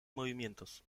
movimientos